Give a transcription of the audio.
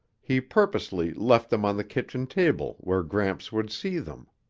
he purposely left them on the kitchen table where gramps would see them.